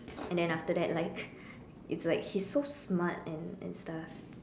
and then after that like it's like he's so smart and and stuff